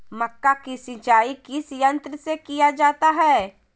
मक्का की सिंचाई किस यंत्र से किया जाता है?